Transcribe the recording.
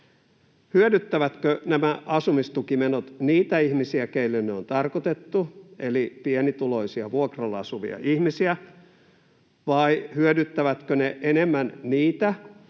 Hyödyttävätkö nämä asumistukimenot niitä ihmisiä, keille ne on tarkoitettu, eli pienituloisia, vuokralla asuvia ihmisiä, vai hyödyttävätkö ne enemmän niitä,